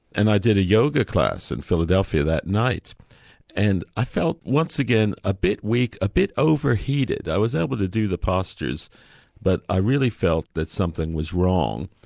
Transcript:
and i did a yoga class in philadelphia that night and i felt once again a bit weak, a bit overheated, i was able to do the postures but i really felt that something was wrong.